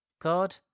God